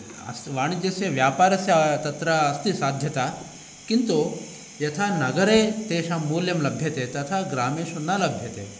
अस्य वाणिज्यस्य व्यापारस्य तत्र अस्ति साध्यता किन्तु यथा नगरे तेषां मूल्यं लभ्यते तथा ग्रामेषु न लभ्यते